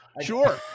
Sure